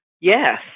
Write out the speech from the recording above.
Yes